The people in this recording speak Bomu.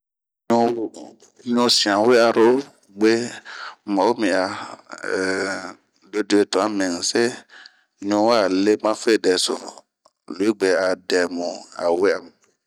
Ɲu sianwe'aro, gue n'ma'o mi aa, ehh deduee tuan mi mɛse,u wa lema fedɛso, gue a we'a bun.